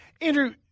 Andrew